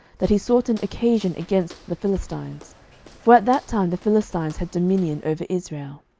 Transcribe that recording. that he sought an occasion against the philistines for at that time the philistines had dominion over israel.